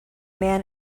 man